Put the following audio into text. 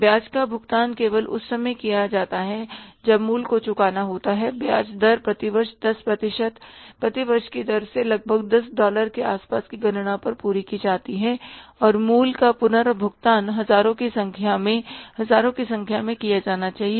ब्याज का भुगतान केवल उस समय किया जाता है जब मूल को चुकाना होता है ब्याज दर प्रति वर्ष 10 प्रतिशत प्रति वर्ष की दर से लगभग 10 डॉलर के आसपास की गणना पर पूरी की जाती है और मूल का पुनर्भुगतान हज़ारों की संख्या में हजारों की संख्या में किया जाना चाहिए